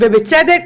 ובצדק,